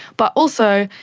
but also,